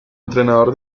entrenador